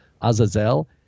Azazel